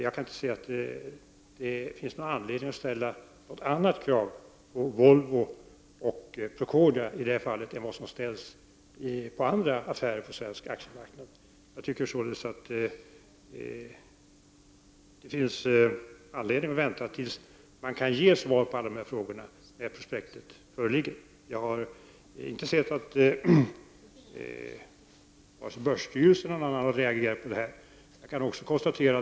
Jag kan inte se att det finns anledning att ställa andra krav på Volvo och Procordia i det här fallet än dem som ställs vid andra affärer på svensk aktiemarknad. Jag tycker således att det finns anledning att vänta tills man kan ge svar på alla dessa frågor när prospektet föreligger. Jag har inte sett att börsstyrelsen har reagerat på detta.